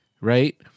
right